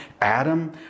Adam